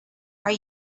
are